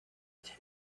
master